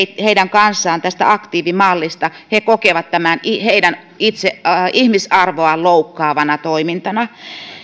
heidän kanssaan tästä aktiivimallista he kokevat tämän heidän ihmisarvoaan loukkaavaksi toiminnaksi